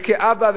וכאבא,